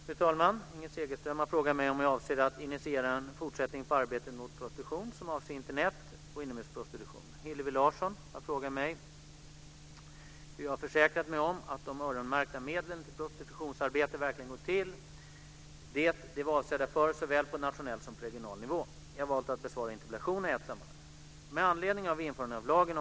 Fru talman! Inger Segelström har frågat mig om jag avser att initiera en fortsättning på arbetet mot prostitution som avser Internet och inomhusprostitution. Hillevi Larsson har frågat mig hur jag har försäkrat mig om att de öronmärkta medlen till prostitutionsarbete verkligen gått till det de var avsedda för, såväl på nationell som på regional nivå. Jag har valt att besvara interpellationerna i ett sammanhang.